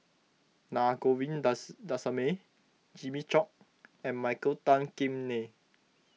Na Jimmy Chok and Michael Tan Kim Nei